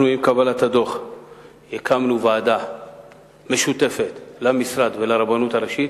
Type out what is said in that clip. עם קבלת הדוח הקמנו ועדה משותפת למשרד ולרבנות הראשית,